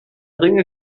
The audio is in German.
ringe